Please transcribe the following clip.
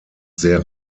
sehr